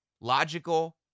Logical